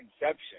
inception